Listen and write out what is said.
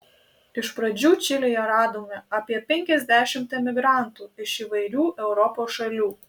iš pradžių čilėje radome apie penkiasdešimt emigrantų iš įvairių europos šalių